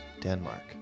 Denmark